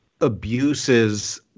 abuses